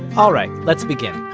alright, let's begin.